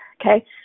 Okay